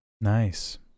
Nice